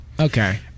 Okay